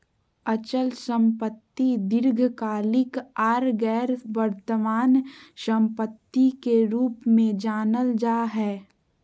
अचल संपत्ति दीर्घकालिक आर गैर वर्तमान सम्पत्ति के रूप मे जानल जा हय